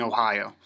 Ohio